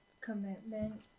commitment